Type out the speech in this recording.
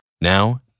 Now